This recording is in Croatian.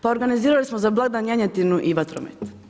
Pa organizirali smo za blagdan janjetinu i vatromet.